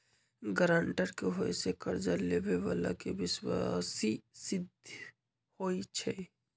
guarantor के होय से कर्जा लेबेय बला के विश्वासी सिद्ध होई छै